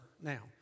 now